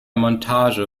montage